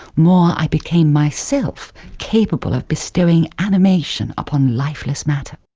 more, i became myself capable of bestowing animation upon lifeless matter.